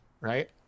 right